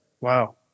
Wow